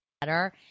better